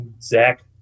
Zach